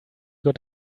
got